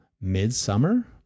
midsummer